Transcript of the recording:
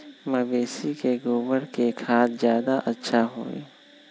मवेसी के गोबर के खाद ज्यादा अच्छा होई?